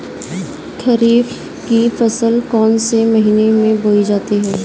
खरीफ की फसल कौन से महीने में बोई जाती है?